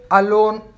alone